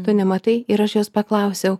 tu nematai ir aš jos paklausiau